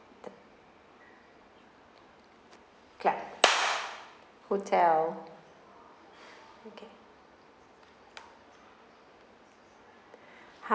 clap hotel okay